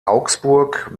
augsburg